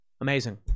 Amazing